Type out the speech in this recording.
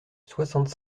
soixante